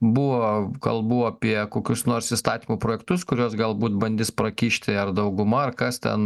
buvo kalbų apie kokius nors įstatymų projektus kuriuos galbūt bandys prakišti ar dauguma ar kas ten